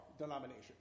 denomination